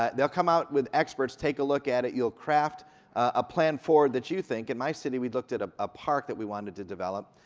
they'll come out with experts, take a look at it. you'll craft a plan for that you think. in my city, we looked at ah a park that we wanted to develop.